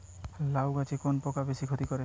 লাউ গাছে কোন পোকা বেশি ক্ষতি করে?